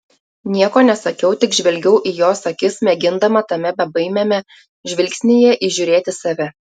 nieko nesakiau tik žvelgiau į jos akis mėgindama tame bebaimiame žvilgsnyje įžiūrėti save